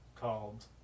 called